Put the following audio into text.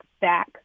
back